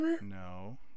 No